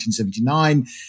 1979